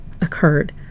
occurred